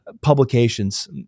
publications